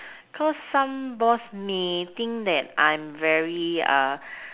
so some boss may think that I'm very